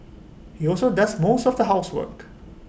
he also does most of the housework